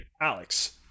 Alex